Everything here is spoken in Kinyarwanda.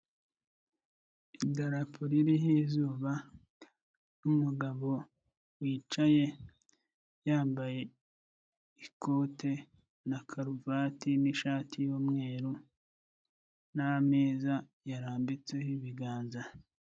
Idarapo ririho izuba n'umugabo wicaye yambaye ikote na karuvati n'ishati y'umweru n'ameza yarambitseho ibiganza.